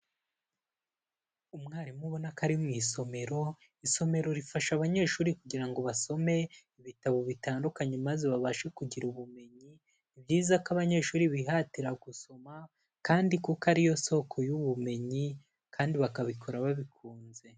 Umwarimu ubona ko ari mu isomero. Isomero rifasha abanyeshuri kugira ngo basome ibitabo bitandukanye maze babashe kugira ubumenyi, ni byiza ko abanyeshuri bihatira gusoma kandi kuko ariyo soko y'ubumenyi kandi bakabikora babikunze.